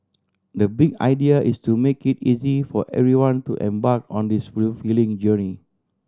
the big idea is to make it easy for everyone to embark on this fulfilling journey